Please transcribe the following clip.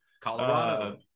Colorado